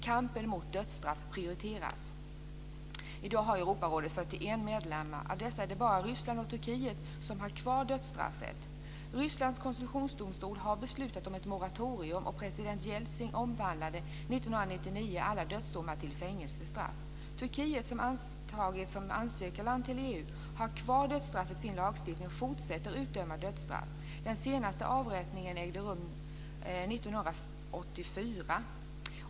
Kampen mot dödsstraff prioriteras. I dag har Europarådet 41 medlemmar. Av dessa är det bara Ryssland och Turkiet som har kvar dödsstraffet. Rysslands konstitutionsdomstol har beslutat om ett moratorium, och president Jeltsin omvandlade Turkiet, som antagits som ansökarland till EU, har kvar dödsstraff i sin lagstiftning och fortsätter utdöma det. Den senaste avrättningen ägde rum 1984.